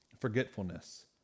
forgetfulness